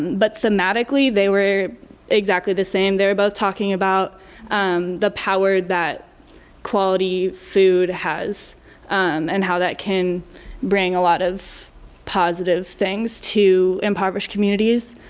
but thematically they were exactly the same. they were both talking about um the power that quality food has um and how that can bring a lot of positive things to impoverish communities.